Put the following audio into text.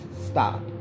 stop